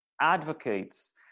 advocates